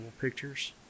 pictures